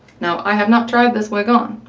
now i have not tried this wig on,